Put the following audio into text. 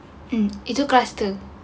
um itu cluster